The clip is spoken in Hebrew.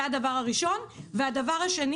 זה הדבר הראשון, הדבר השני